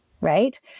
right